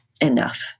enough